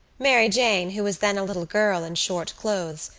mary jane, who was then a little girl in short clothes,